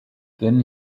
then